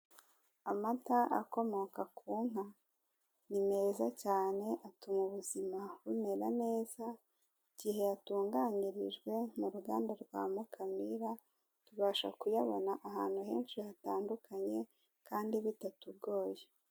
Amata akomoka ku nka ni meza cyane, atuma ubuzima bumera neza, igihe yatunganyirijwe mu ruganda rwa ma Mukamira, tubasha kuyabona ahantu henshi hatandukanye, kandi bitatugoye.